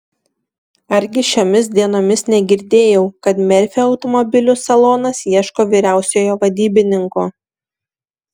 argi šiomis dienomis negirdėjau kad merfio automobilių salonas ieško vyriausiojo vadybininko